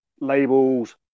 Labels